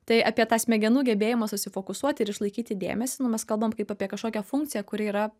tai apie tą smegenų gebėjimą susifokusuoti ir išlaikyti dėmesį mes kalbam kaip apie kažkokią funkciją kuri yra